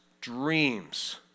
dreams